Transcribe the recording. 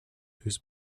whose